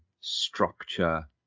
structure